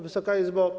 Wysoka Izbo!